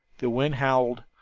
the wind howled,